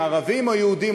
ערבים או יהודים,